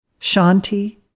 shanti